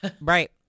Right